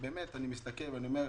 אני מסתכל ואומר: